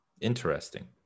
Interesting